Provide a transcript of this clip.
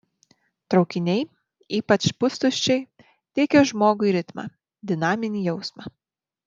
traukiniai ypač pustuščiai teikia žmogui ritmą dinaminį jausmą